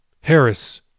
Harris